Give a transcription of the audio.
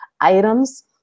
items